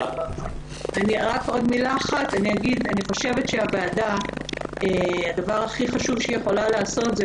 הדבר הכי חשוב שהוועדה יכולה לעשות זה